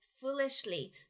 foolishly